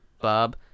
Bob